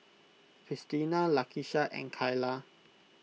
Cristina Lakisha and Kyla